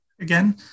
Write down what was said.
again